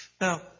Now